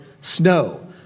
snow